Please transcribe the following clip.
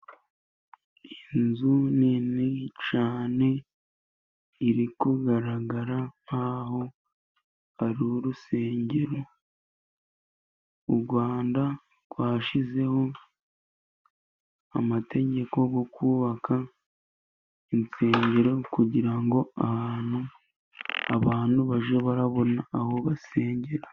Inzu nini cyane, iri kugaragara nk'aho ari urusengero. U Rwanda rwashyizeho amategeko yo kubaka insengero, kugira ngo abantu bajye babona aho basengera.